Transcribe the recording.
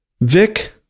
Vic